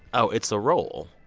oh, it's a role.